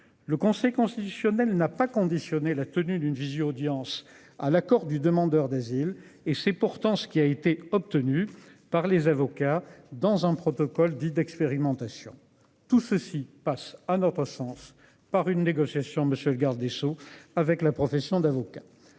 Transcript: Le Conseil constitutionnel n'a pas conditionné la tenue d'une visio-audience à l'accord du demandeur d'asile et c'est pourtant ce qui a été obtenue par les avocats dans un protocole dit d'expérimentation. Tout ceci passe à notre sens par une négociation monsieur le garde des Sceaux, avec la profession d'avocat.